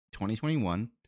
2021